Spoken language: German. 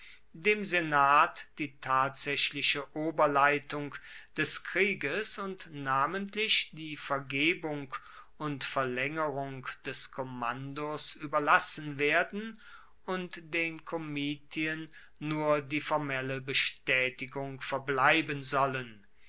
dem senat die tatsaechliche oberleitung des krieges und namentlich die vergebung und verlaengerung des kommandos ueberlassen werden und den komitien nur die formelle bestaetigung verbleiben sollen